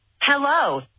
Hello